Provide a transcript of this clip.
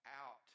out